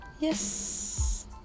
yes